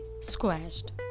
squashed